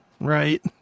Right